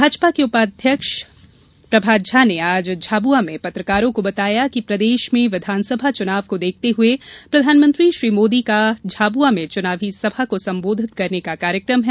भाजपा के उपाध्यक्ष प्रभात झा ने आज झाबुआ में पत्रकारों को बताया कि प्रदेश में विधानसभा चुनाव को देखते हुये प्रधानमंत्री श्री मोदी का झाबुआ में चुनावी सभा को संबोधित करने का कार्यक्रम है